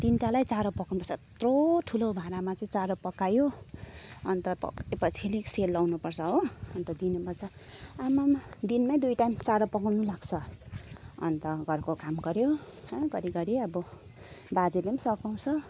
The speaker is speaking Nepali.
तिनवटालाई चारो पकाउनु पर्छ यत्रो ठुलो भाँडामा चाहिँ चारो पकायो अन्त पकाए पछि सेलाउनु पर्छ हो अन्त दिनुपर्छ आम्ममम दिनमा दुई टाइम चारो पकाउनु लाग्छ अन्त घरको काम गऱ्यो घरिघरि अब बाजेले पनि सघाउँछ